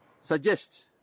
suggest